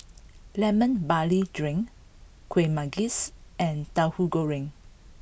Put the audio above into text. Lemon Barley Drink Kuih Manggis and Tahu Goreng